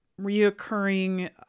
reoccurring